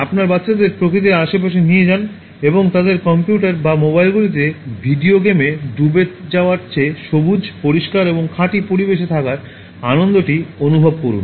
আপনার বাচ্চাদের প্রকৃতির আশেপাশে নিয়ে যান এবং তাদের কম্পিউটার বা মোবাইলগুলিতে ভিডিও গেম এ ডুবে যাওয়ার চেয়ে সবুজ পরিষ্কার এবং খাঁটি পরিবেশে থাকার আনন্দটি অনুভব করুন